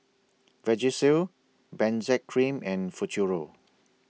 Vagisil Benzac Cream and Futuro